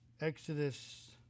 Exodus